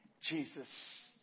Jesus